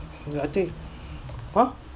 I think !huh!